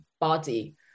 body